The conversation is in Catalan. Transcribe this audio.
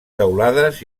teulades